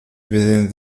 within